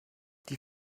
die